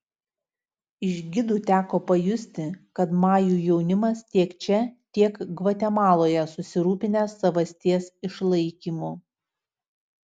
iš gidų teko pajusti kad majų jaunimas tiek čia tiek gvatemaloje susirūpinęs savasties išlaikymu